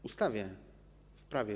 W ustawie, w prawie.